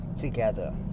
together